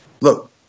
Look